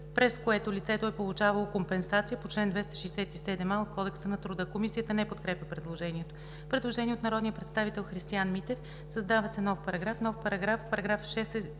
през което лицето е получавало компенсация по чл. 267а от Кодекса на труда.“ Комисията не подкрепя предложението. Предложение от народния представител Христиан Митев: „Създава се нов §...: